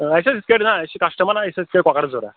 اَسہِ حظ یِتھ کٲٹھۍ دِوان اَسہِ چھِ کسٹمَر أسۍ حظ کٔرۍ کۄکَر ضوٚرَتھ